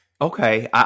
Okay